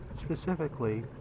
Specifically